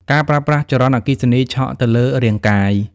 ការប្រើប្រាស់ចរន្តអគ្គិសនីឆក់ទៅលើរាងកាយ។